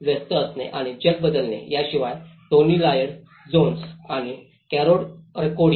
व्यस्त असणे आणि जग बदलणे याशिवाय टोनी लॉयड जोन्स आणि कॅरोल रकोडी